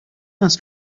است